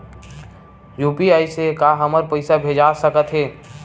UPI से का हमर पईसा भेजा सकत हे?